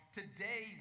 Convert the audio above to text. today